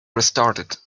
restarted